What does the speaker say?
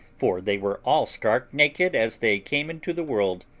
for they were all stark naked as they came into the world,